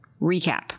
Recap